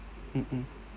mm mm